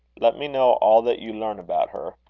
let me know all that you learn about her.